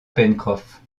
pencroff